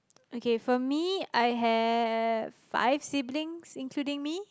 okay for me I have five siblings including me